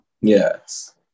Yes